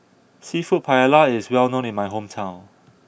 Seafood Paella is well known in my hometown